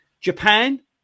Japan